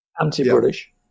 anti-British